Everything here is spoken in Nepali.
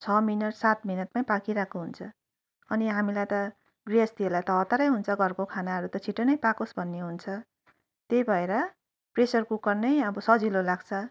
छ मिनट सात मिनटमै पाकिरहेको हुन्छ अनि हामीलाई त गृहस्थीहरूलाई त हतारै हुन्छ घरको खानाहरू त छिटो नै पाकोस् भन्ने हुन्छ त्यही भएर प्रेसर कुकर नै अब सजिलो लाग्छ